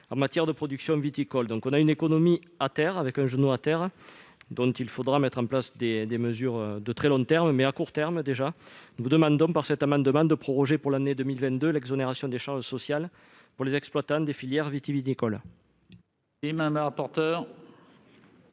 en matière de production viticole. Notre économie a donc un genou à terre, et il faudra mettre en place des mesures de très long terme. À court terme, d'ores et déjà, nous souhaitons cet amendement proroger pour l'année 2022 l'exonération des charges sociales pour les exploitants des filières vitivinicoles.